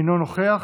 אינו נוכח.